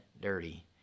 dirty